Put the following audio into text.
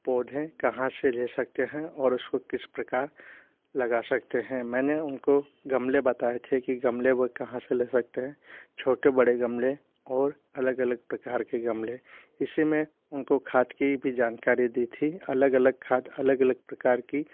पौधे कहाँ से ले सकते हैं और उसको किस प्रकार लगा सकते हैं मैंने उनको गमले बताए थे कि गमले वो कहाँ से ले सकते हैं छोटे बड़े गमले और अलग अलग प्रकार के गमले इसी में उनका खाद की भी जानकारी दी थी अलग अलग खाद अलग अलग प्रकार की